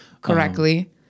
correctly